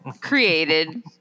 created